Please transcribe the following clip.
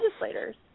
legislators